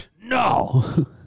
No